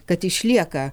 kad išlieka